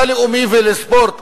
מה ללאומי ולספורט?